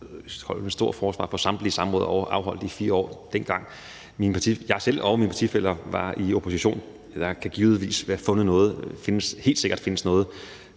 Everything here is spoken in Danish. holde et stort forsvar for samtlige samråd afholdt i 4 år, dengang jeg selv og mine partifæller var i opposition. Der kan helt sikkert findes noget,